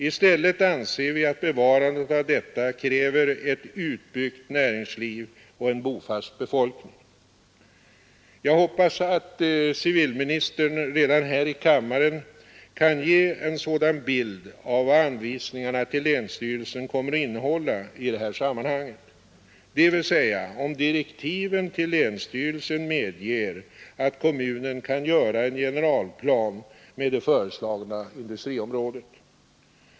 I stället anser vi att bevarandet av detta kräver ett utbyggt näringsliv och en bofast befolkning. Jag hoppas att civilministern redan här i kammaren kan ge en sådan bild av vad anvisningarna till länsstyrelsen kommer att innehålla i det här sammanhanget, dvs. om direktiven till länsstyrelsen medger att kommunen kan göra en generalplan med det föreslagna industriområdet.